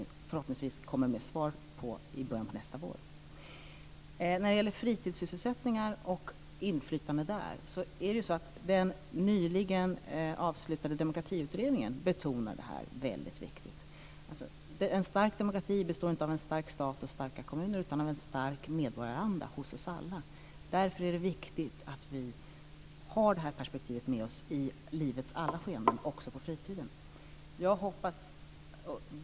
Förhoppningsvis kommer ett svar på detta i början på nästa vår. Inflytande över fritidssysselsättningar betonas i den nyligen avslutade Demokratiutredningen som något väldigt viktigt. En stark demokrati består inte av en stark stat och starka kommuner utan av en stark medborgaranda hos oss alla. Därför är det viktigt att vi har det här perspektivet med oss i livets alla skeenden, också på fritiden.